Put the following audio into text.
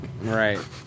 Right